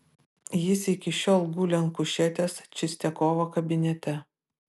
jis iki šiol guli ant kušetės čistiakovo kabinete